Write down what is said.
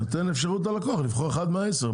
אני נותן ללקוח אפשרות לבחור אחד מהעשר,